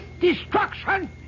destruction